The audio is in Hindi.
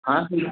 हाँ फिर